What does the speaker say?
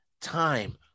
time